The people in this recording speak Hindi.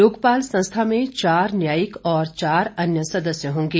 लोकपाल संस्था में चार न्यानयिक और चार अन्य सदस्य होंगे